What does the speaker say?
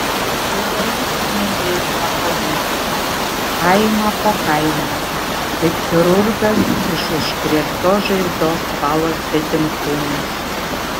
ir valysime miestą po miesto kaimą po kaimo kaip chirurgas iš užkrėstos žaizdos valo svetimkūnius